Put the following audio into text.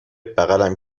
بغلم